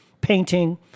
painting